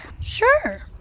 Sure